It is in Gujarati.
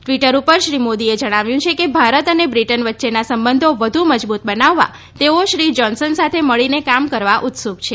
ટ્વિટર પર શ્રી મોદીએ જણાવ્યું છે કે ભારત અને બ્રિટન વચ્ચેના સંબંધો વધુ મજબુત બનાવવા તેઓ શ્રી જોન્સન સાથે મળીને કામ કરવા ઉત્સુક છે